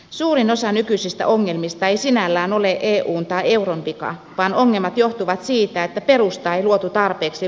suurin osa nykyisistä ongelmista ei sinällään ole eun tai euron vika vaan ongelmat johtuvat siitä että perusta ei luotu tarpeeksi